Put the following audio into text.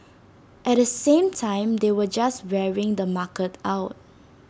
at the same time they were just wearing the market out